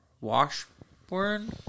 Washburn